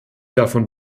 davon